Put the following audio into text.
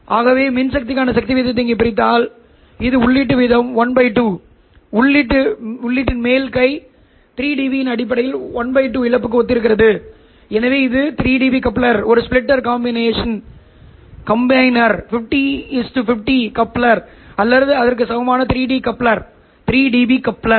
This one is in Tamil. ஆகவே மின்சக்திக்கான சக்தி விகிதத்தை இங்கே பார்த்தால் இது விகிதம் 12 உள்ளீட்டின் மேல் கை 3dB இன் அடிப்படையில் 12 இழப்புக்கு ஒத்திருக்கிறது எனவே இது 3dB கப்ளர் ஒரு ஸ்ப்ளிட்டர் காம்பினெர் 5050 கப்ளர் அல்லது அதற்கு சமமாக 3 டி பி கப்ளர்